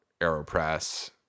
AeroPress